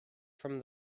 from